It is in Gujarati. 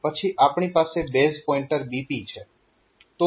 પછી આપણી પાસે બેઝ પોઈન્ટર BP છે